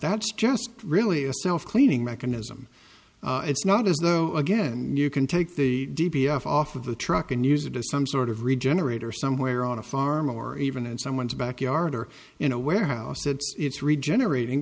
that's just really a self cleaning mechanism it's not as though again you can take the d b f off of the truck and use it as some sort of regenerate or somewhere on a farm or even in someone's backyard or in a warehouse it's regenerating